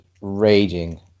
raging